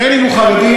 בין שהוא חרדי.